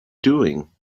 doing